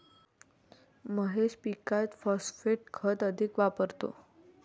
महेश पीकात फॉस्फेट खत अधिक वापरतो